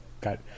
got